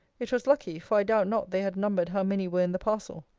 it was lucky for i doubt not they had numbered how many were in the parcel.